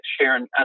Sharon